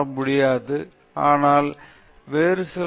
ஆராய்ச்சியாளர்களுக்கான அடிப்படைப் பொறுப்புகளும் பொறுப்புகளும்